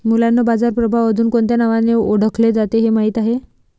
मुलांनो बाजार प्रभाव अजुन कोणत्या नावाने ओढकले जाते हे माहित आहे?